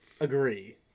agree